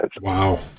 Wow